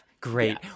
Great